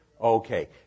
Okay